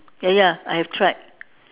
ya ya I have tried